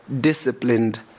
Disciplined